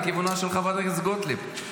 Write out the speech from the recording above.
לכיוונה של חברת הכנסת גוטליב.